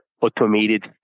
automated